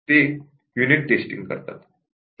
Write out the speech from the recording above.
ते unit testing करतात